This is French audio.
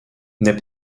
n’est